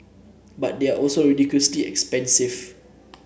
but they are also ridiculously expensive